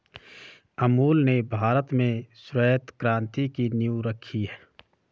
अमूल ने भारत में श्वेत क्रान्ति की नींव रखी